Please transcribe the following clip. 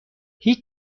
هیچ